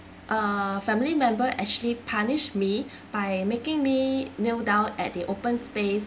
a family member actually punish me by making me kneel down at the open space